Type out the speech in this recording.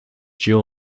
dual